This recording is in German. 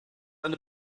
eine